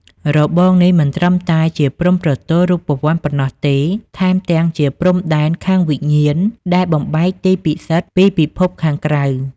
របងនេះមិនត្រឹមតែជាព្រំប្រទល់រូបវន្តប៉ុណ្ណោះទេ ថែមទាំងជាព្រំដែនខាងវិញ្ញាណដែលបំបែកទីពិសិដ្ឋពីពិភពខាងក្រៅ។